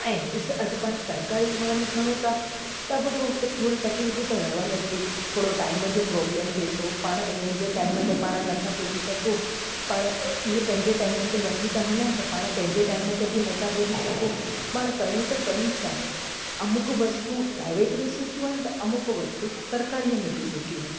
ऐं ॾिस अॼु पाण सरकारी वाहन खणूं था त बि पोइ थोरी तकलीफ़ूं त रहनि थियूं थोरो टाइम जो प्रोब्लम थिए थो पाण हिननि जे टाइम ते पाण नथा पुॼी सघूं पाण इहे पंहिंजे टाइमनि ते वठी था हलनि त पाण पंहिंजे टाइम ते बि नथा पुॼी सघूं पाण कयूं त कयूं छा अमुक वस्तु प्राइवेट में सुठियूं आहिनि त अमुक वस्तु सरकारीअ में बि सुठियूं आहिनि